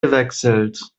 gewechselt